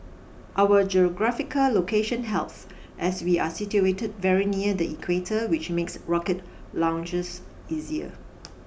our geographical location helps as we are situated very near the Equator which makes rocket launches easier